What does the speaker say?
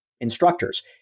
instructors